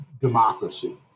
democracy